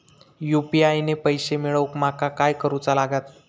UPI ने पैशे मिळवूक माका काय करूचा लागात?